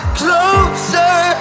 closer